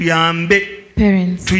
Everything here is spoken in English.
Parents